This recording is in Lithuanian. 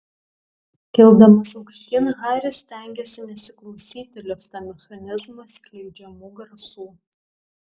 kildamas aukštyn haris stengėsi nesiklausyti lifto mechanizmo skleidžiamų garsų